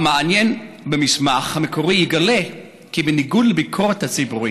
המעיין במסמך המקורי יגלה כי בניגוד לביקורת הציבורית,